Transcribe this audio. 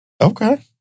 Okay